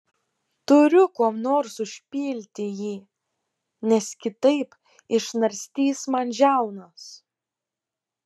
turiu kuom nors užpilti jį nes kitaip išnarstys man žiaunas